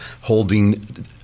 holding